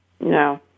No